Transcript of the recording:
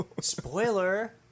Spoiler